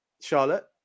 Charlotte